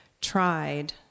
tried